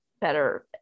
better